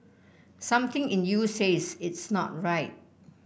something in you says it's not right